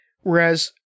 whereas